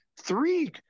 three